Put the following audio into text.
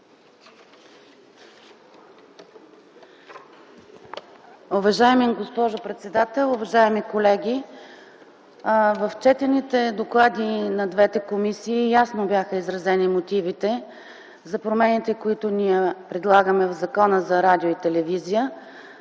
Уважаема госпожо председател, уважаеми колеги! В четените доклади на двете комисии ясно бяха изразени мотивите за промените, които ние предлагаме в Закона за радио и телевизия.